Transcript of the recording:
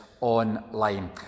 online